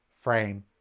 frame